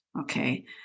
Okay